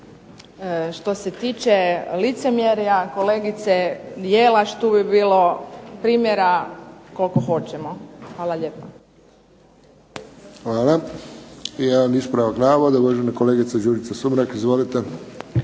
što se tiče licemjerja, kolegice Jelaš tu bi bilo primjera koliko hoćemo. Hvala lijepa. **Friščić, Josip (HSS)** Hvala. I jedan ispravak navoda, uvažena kolegica Đurđica Sumrak. Izvolite.